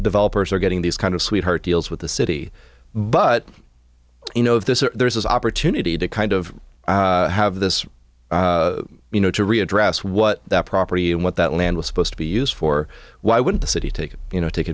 developers are getting these kind of sweetheart deals with the city but you know this is there is opportunity to kind of have this you know to readdress what that property and what that land was supposed to be used for why wouldn't the city take it you know take